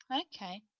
Okay